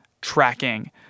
tracking